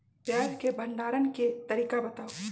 प्याज के भंडारण के तरीका बताऊ?